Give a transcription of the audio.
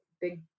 big